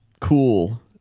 cool